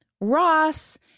Ross